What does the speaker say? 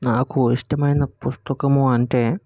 నాకు ఇష్టమైన పుస్తకము అంటే